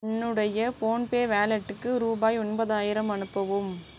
என்னுடைய ஃபோன்பே வாலெட்டுக்கு ரூபாய் ஒன்பதாயிரம் அனுப்பவும்